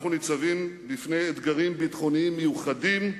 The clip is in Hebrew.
אנחנו ניצבים בפני אתגרים ביטחוניים מיוחדים,